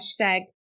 hashtag